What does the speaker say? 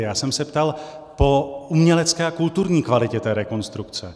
Já jsem se ptal po umělecké a kulturní kvalitě té rekonstrukce.